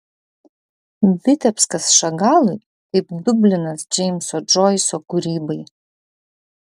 vitebskas šagalui kaip dublinas džeimso džoiso kūrybai